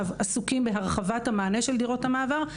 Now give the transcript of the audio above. עסוקים בהרחבת המענה של שדירות המעבר.